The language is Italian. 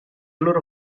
loro